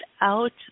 out